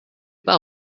pas